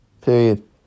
Period